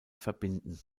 verbinden